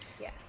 Yes